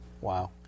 Wow